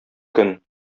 көн